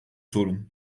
sorun